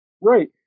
Right